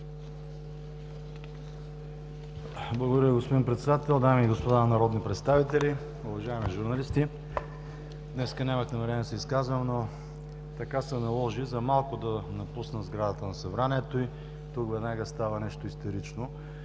Благодаря, господин Председател. Дами и господа народни представители, уважаеми журналисти! Днес нямах намерение да се изказвам, но така се наложи – за малко да напусна сградата на Събранието и тук веднага става нещо истерично,